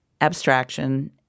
abstraction